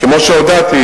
כמו שהודעתי,